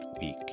week